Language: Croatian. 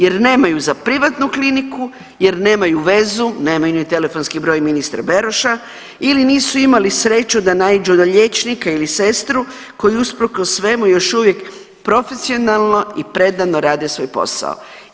Jer nemaju za privatnu kliniku jer nemaju vezu, nemaju ni telefonski broj ministra Beroša ili nisu imali sreću da naiđu na liječnika ili sestru koju usprkos svemu još uvijek profesionalno i predano rade svoj posao.